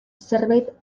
zerbait